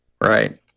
Right